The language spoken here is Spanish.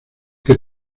que